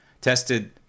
tested